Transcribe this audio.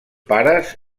pares